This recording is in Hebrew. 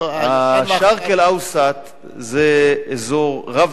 "א-שרק אל-אווסט" זה אזור רב